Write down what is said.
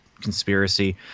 conspiracy